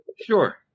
sure